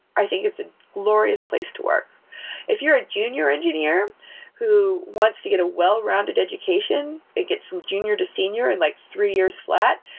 i think it's a glorious place to work if you're a junior engineer who wants to get a well-rounded education, get from junior to senior in like three years flat,